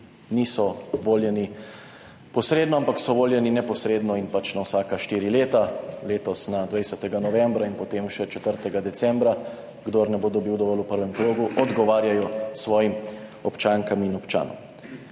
niso voljeni posredno, ampak so voljeni neposredno in pač na vsaka štiri leta, letos na 20. novembra in potem še 4. decembra, kdor ne bo dobil dovolj v prvem krogu, odgovarjajo svojim občankam in občanom.